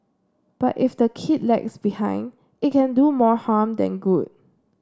but if the kid lags behind it can do more harm than good